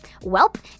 Welp